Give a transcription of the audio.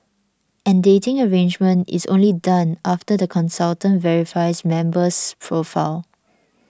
and dating arrangement is only done after the consultant verifies member's profile